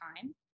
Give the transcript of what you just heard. time